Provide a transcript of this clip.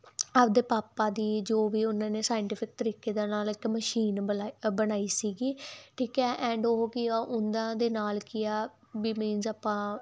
ਆਪਦੇ ਪਾਪਾ ਦੀ ਜੋ ਵੀ ਉਹਨਾਂ ਨੇ ਸਾਇੰਟਿਫਿਕ ਤਰੀਕੇ ਦਾ ਨਾਲ ਇੱਕ ਬਲਾ ਬਣਾਈ ਸੀਗੀ ਠੀਕ ਹ ਐਂਡ ਉਹ ਕੀ ਆ ਉਹਨਾਂ ਦੇ ਨਾਲ ਕੀ ਆ ਵੀ ਮੀਨਸ ਆਪਾਂ